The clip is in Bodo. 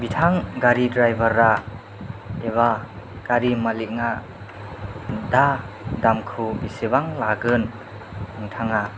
बिथां गारि द्राइबारा एबा गारि मालिगा दा दामखौ बिसिबां लागोन नोंथाङा